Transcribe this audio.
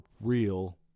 real